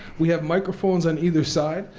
we have microphones on either side.